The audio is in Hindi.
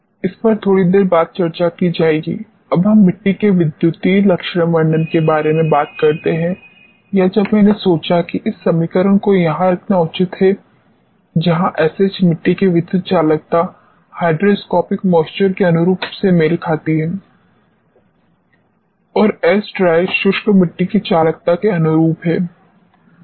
इस पर थोड़ी देर बाद चर्चा की जाएगी अब हम मिट्टी के विद्युतीय लक्षण वर्णन के बारे में बात करते हैं या जब मैंने सोचा कि इस समीकरण को यहाँ रखना उचित है जहां sh मिट्टी की विद्युत चालकता हीड्रोस्कोपिक मॉइस्चर के अनुरूप से मेल खाती है और sdry शुष्क मिट्टी की चालकता के अनुरूप है